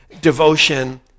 devotion